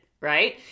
right